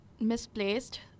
misplaced